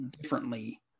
differently